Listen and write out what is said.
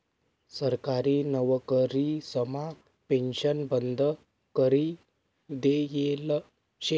सरकारी नवकरीसमा पेन्शन बंद करी देयेल शे